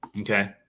Okay